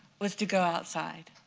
was to go outside